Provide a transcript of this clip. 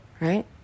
right